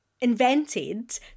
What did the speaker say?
invented